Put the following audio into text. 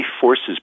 forces